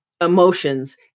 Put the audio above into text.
emotions